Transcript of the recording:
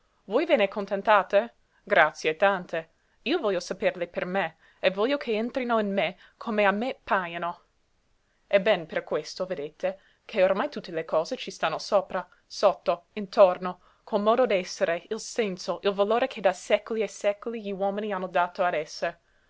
voi ve ne contentate grazie tante io voglio saperle per me e voglio che entrino in me come a me pajono è ben per questo vedete che ormai tutte le cose ci stanno sopra sotto intorno col modo d'essere il senso il valore che da secoli e secoli gli uomini hanno dato ad